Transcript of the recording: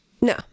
no